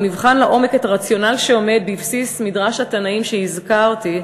אם נבחן לעומק את הרציונל שעומד בבסיס מדרש התנאים שהזכרתי,